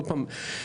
עוד פעם,